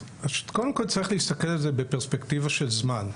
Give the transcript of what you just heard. קודם כל צריך להסתכל על זה בפרספקטיבה של זמן,